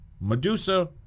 Medusa